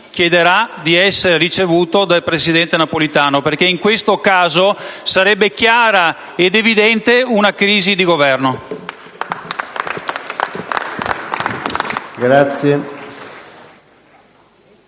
di essere ricevuto dal presidente della Repubblica Napolitano, perché in questo caso sarebbe chiara ed evidente una crisi di Governo.